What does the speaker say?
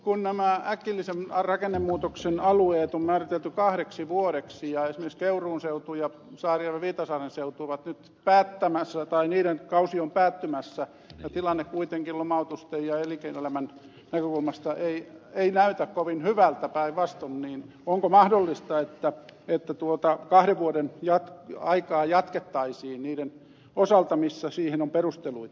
kun nämä äkillisen rakennemuutoksen alueet on määritelty kahdeksi vuodeksi ja esimerkiksi keuruun seudun ja saarijärvenviitasaaren seudun kaudet ovat nyt päättämässä tai niiden kausi on päättymässä ja tilanne kuitenkin lomautusten ja elinkeinoelämän näkökulmasta ei näytä kovin hyvältä päinvastoin niin kysyn onko mahdollista että kahden vuoden aikaa jatkettaisiin niiden osalta missä siihen on perusteluita